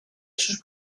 sus